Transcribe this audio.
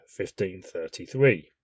1533